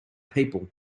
people